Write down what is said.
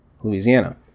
Louisiana